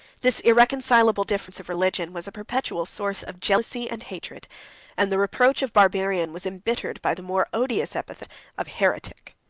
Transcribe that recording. this irreconcilable difference of religion was a perpetual source of jealousy and hatred and the reproach of barbarian was imbittered by the more odious epithet of heretic.